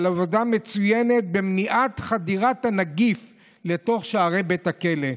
על עבודה מצוינת במניעת חדירת הנגיף לשערי בתי הכלא.